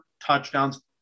touchdowns